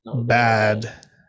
Bad